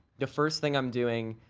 the first thing i'm doing